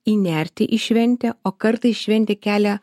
įnerti į šventę o kartais šventė kelia